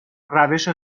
روش